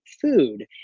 food